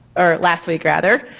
or last week rather.